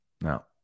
no